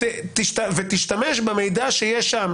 ותשתמש במידע שיש שם,